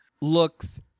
looks